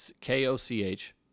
K-O-C-H